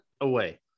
away